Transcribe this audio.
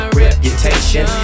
reputation